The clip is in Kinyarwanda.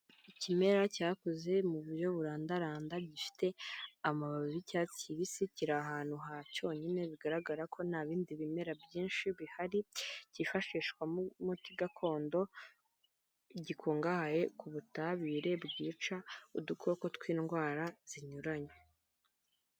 Ikimera cyakuze mu buryo burandaranda gifite amababi y'icyatsi kibisi kiri ahantu ha cyonyine bigaragara ko nta bindi bimera byinshi bihari cyifashishwamo umuti gakondo gikungahaye ku butabire bwica udukoko tw'indwara zinyuranye.